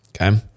Okay